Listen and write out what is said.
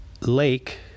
lake